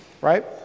right